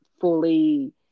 fully